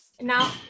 now